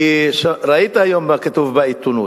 כי ראית מה כתוב היום בעיתונות: